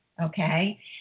okay